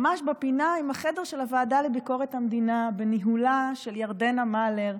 ממש בפינה עם החדר של הוועדה לביקורת המדינה בניהולה של ירדנה מלר.